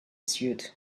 suit